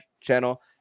channel